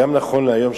גם נכון להיום,